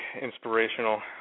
inspirational